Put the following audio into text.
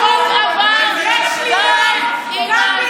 אבל אל תדאגו, יש לי רוב גם בלעדיכם.